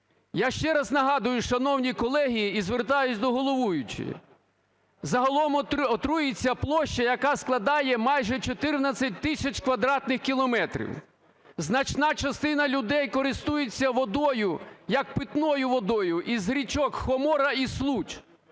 Я ще раз нагадую, шановні колеги, і звертаюсь до головуючої. Загалом отруюється площа, яка складає майже 14 тисяч квадратних кілометрів. Значна частина людей користується водою як питною водою із річок Хомора і Случ.